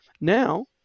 Now